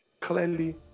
clearly